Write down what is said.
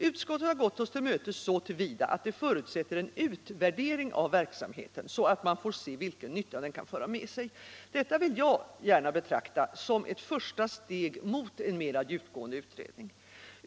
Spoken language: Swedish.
Utskottet har gått oss till mötes så till vida, att det förutsätter en utvärdering av verksamheten så att man får se vilken nytta den kan föra med sig. Detta vill jag gärna betrakta som ett första steg mot en mer djupgående utredning.